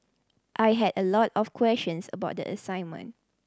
I had a lot of questions about the assignment